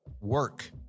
work